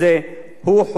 אפשר לסבול אותו.